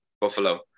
Buffalo